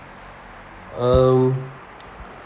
um